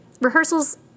Rehearsals